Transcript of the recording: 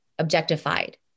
objectified